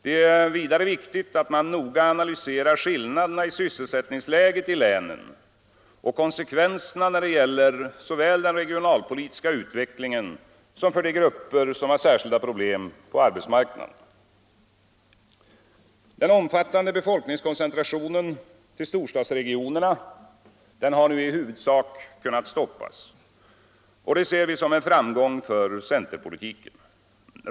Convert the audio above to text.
Det är vidare viktigt att man noga analyserar skillnaderna i sysselsättningsläget i länen och konsekvenserna såväl för den regionalpolitiska utvecklingen som för de grupper som har särskilda problem på arbetsmarknaden. Den omfattande befolkningskoncentrationen till storstadsregionerna har nu i huvudsak kunnat stoppas. Det ser vi som en framgång för centerpolitiken.